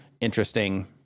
interesting